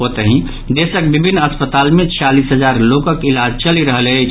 ओतहि देशक विभिन्न अस्पताल मे छियालिस हजार लोकक इलाज चलि रहल अछि